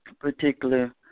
particular